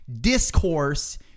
discourse